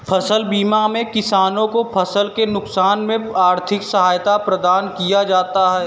फसल बीमा में किसानों को फसल के नुकसान में आर्थिक सहायता प्रदान किया जाता है